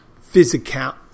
physical